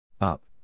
Up